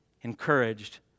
encouraged